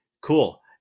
cool